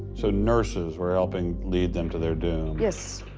so nurses were helping lead them to their doom. yes.